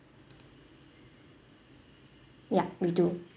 yup we do